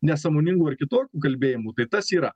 nesąmoningų ar kitokių kalbėjimų tai tas yra